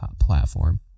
platform